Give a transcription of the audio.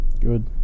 Good